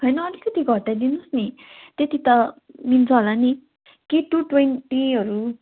होइन अलिकति घटाइ दिनुहोस् नि त्यति त मिल्छ होला नि के टू ट्वेन्टीहरू